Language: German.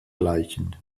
gleichen